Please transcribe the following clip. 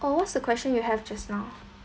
oh what's the question you have just now